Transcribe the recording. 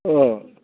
अह